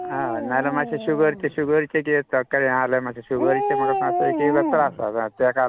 आं नाल्यार मात्शें शुगर शुगरचे हे जाला जाल्यार मात्शें म्हाका एक एकदा त्रास जाता तेका